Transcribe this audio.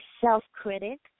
self-critic